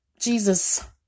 Jesus